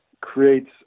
creates